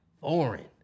foreign